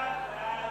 בעד, 21,